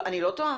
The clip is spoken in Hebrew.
אני לא טועה.